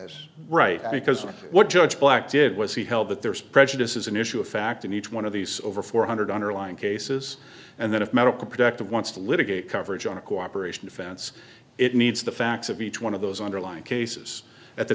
this right because what judge black did was he held that there is prejudice is an issue of fact in each one of these for four hundred underlying cases and then of medical productive wants to litigate coverage on a cooperation defense it needs the facts of each one of those underlying cases at the